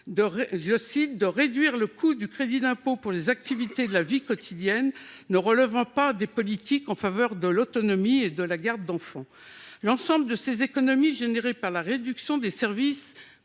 « Réduire le coût du crédit d’impôt pour les activités de la vie quotidienne ne relevant pas des politiques en faveur de l’autonomie et de la garde d’enfants. » L’ensemble des économies dégagées par la réduction des services